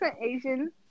Asian